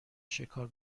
شکار